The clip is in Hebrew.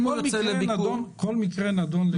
כל מקרה נדון לגופו.